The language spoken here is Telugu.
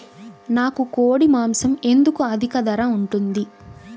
నాకు కోడి మాసం ఎందుకు అధిక ధర ఉంటుంది?